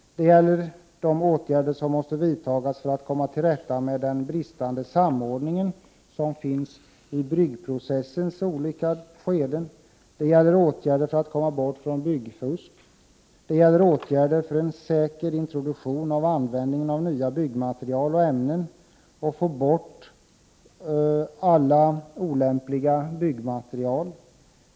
Det gäller de åtgärder som måste vidtas för att komma till rätta med den bristande samordningen i byggprocessens olika skeden. Det gäller åtgärder för att komma bort från byggfusk. Det gäller åtgärder för en säker introduktion och användning av nya byggmaterial och ämnen så att man får bort alla olämpliga byggmaterial.